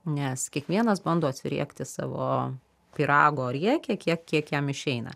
nes kiekvienas bando atsiriekti savo pyrago riekę kiek kiek jam išeina